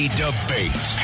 debate